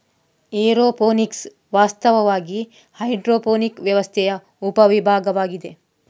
aeroponics ವಾಸ್ತವವಾಗಿ hydroponic ವ್ಯವಸ್ಥೆಯ ಉಪ ವಿಭಾಗವಾಗಿದೆ